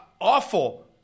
awful